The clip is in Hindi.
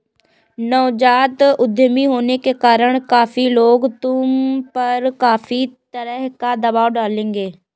नवजात उद्यमी होने के कारण काफी लोग तुम पर काफी तरह का दबाव डालेंगे